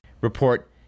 report